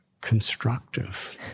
constructive